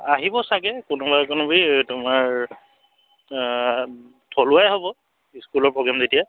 আহিব চাগে কোনোবা কোনোবি তোমাৰ থলুৱাই হ'ব স্কুলৰ প্ৰগ্ৰেম যেতিয়া